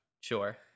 Sure